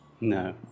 No